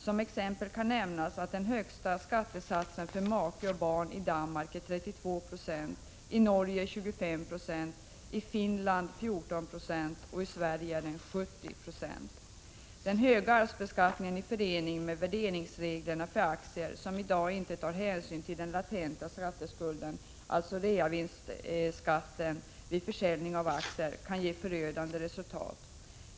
Som exempel kan nämnas att den högsta skattesatsen för make och barn i Danmark är 32 9e, i Norge 25 90 och i Finland 14 96. I Sverige är den 70 96. Den höga arvsbeskattningen i förening med värderingsreglerna för aktier som i dag inte tar hänsyn till den latenta skatteskulden, alltså reavinstbeskattningen vid försäljning av aktier, kan ge förödande resultat.